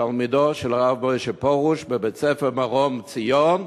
תלמידו של הרב משה פרוש בבית-הספר "מרום ציון",